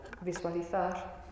visualizar